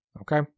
okay